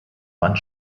wand